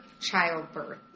childbirth